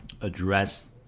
address